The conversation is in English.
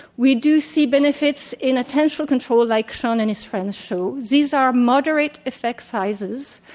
we do see benefits in attention control like shawn and his friends show. these are moderate effect sizes